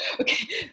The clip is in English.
okay